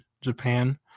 Japan